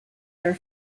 are